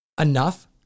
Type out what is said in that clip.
enough